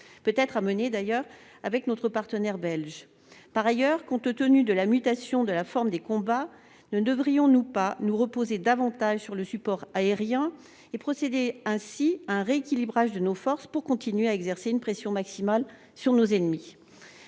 peut-être faut-il la mener avec notre partenaire belge ? Par ailleurs, compte tenu de la mutation de la forme des combats, ne devrions-nous pas nous reposer davantage sur le support aérien et procéder ainsi à un rééquilibrage de nos forces pour continuer à exercer une pression maximale sur nos ennemis ?